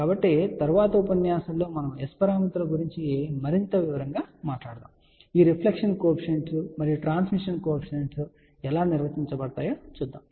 కాబట్టి తరువాతి ఉపన్యాసంలో మనము S పారామితుల గురించి మరింత వివరంగా మాట్లాడబోతున్నాము ఈ రిఫ్లెక్షన్ కోఎఫిషియంట్స్ మరియు ట్రాన్స్మిషన్ కో ఎఫిషియంట్స్ ఎలా నిర్వచించబడతాయో చూద్దాం